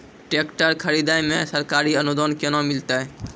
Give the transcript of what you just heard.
Tractor खरीदै मे सरकारी अनुदान केना मिलतै?